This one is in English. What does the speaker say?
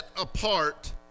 apart